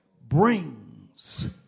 brings